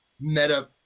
meta